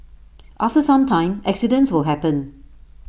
after some time accidents will happen